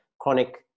chronic